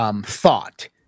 thought